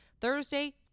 Thursday